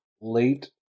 late